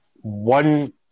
one